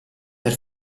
per